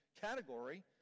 category